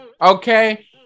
okay